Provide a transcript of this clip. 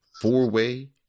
four-way